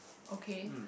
okay